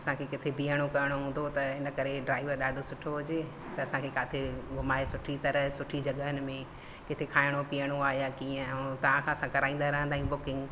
असांखे किथे बिहणो करिणो हूंदो त इन करे ड्राइवर ॾाढो सुठो हुजे त असांखे किथे घुमाए सुठी तरह सुठी जॻहियुनि में हिते खाइणो पीअणो आहे या कीअं ऐं तव्हां खां कराए असां कराईंदा रहंदा आहियूं बुकिंग